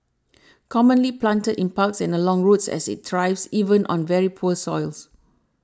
commonly planted in parks and along roads as it thrives even on very poor soils